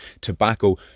tobacco